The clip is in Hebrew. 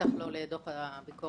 בטח לא לדוח הביקורת של בנק אחר.